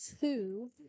two